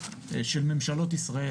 של ממשלות ישראל.